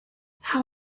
how